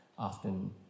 Often